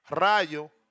Rayo